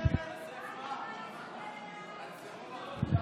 שמעתי את חלקכם היום,